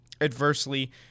adversely